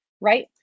right